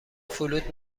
فلوت